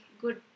good